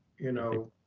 you know,